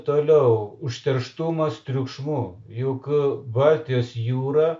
toliau užterštumas triukšmu juk baltijos jūra